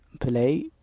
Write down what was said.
play